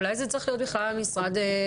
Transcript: אולי זה בכלל צריך להיות המשרד לבט"פ.